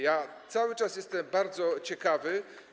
Ja cały czas jestem tego bardzo ciekawy.